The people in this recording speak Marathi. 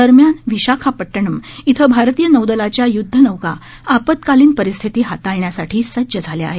दरम्यान विशाखापट्टणम इथं भारतीय नौदलाच्या युद्धनौका आपत्कालीन परिस्थिती हाताळण्यासाठी सज्ज झाल्या आहेत